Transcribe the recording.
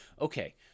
Okay